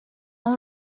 اون